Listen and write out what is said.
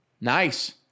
Nice